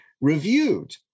reviewed